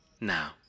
Now